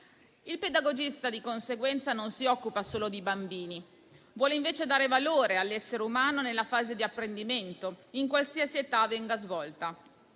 Il pedagogista, di conseguenza, non si occupa solo di bambini, vuole invece dare valore all'essere umano nella fase di apprendimento, in qualsiasi età venga svolta.